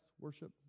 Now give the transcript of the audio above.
worship